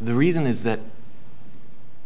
the reason is that